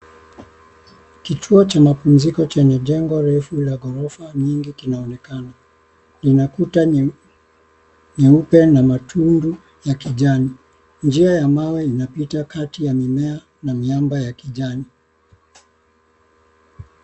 Kituo cha mapumziko chenye jengo refu la ghorofa nyingi kinaonekana. Kina kuta nyeupe na matundu ya kijani. Njia ya mawe inapita kati ya mimea na miamba ya kijani.